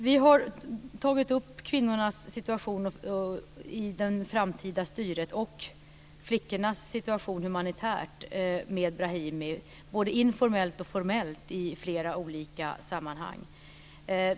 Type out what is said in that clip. Vi har, både informellt och formellt, i flera olika sammanhang med Brahimi tagit upp frågan om kvinnornas situation i det framtida styret liksom flickornas situation humanitärt.